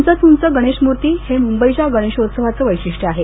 उंचच उंच गणेश मूर्ती हे मुंबईच्या गणेशोत्सवाचं वैशिष्ट्य आहे